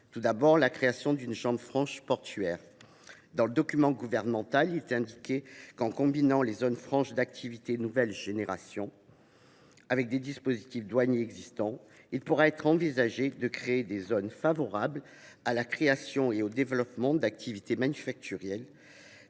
tout d’abord la création d’une zone franche portuaire, le document gouvernemental indique qu’en combinant les zones franches d’activité nouvelle génération (Zfang) avec des dispositifs douaniers existants il pourra être envisagé de créer des zones favorables à la création et au développement d’activités manufacturières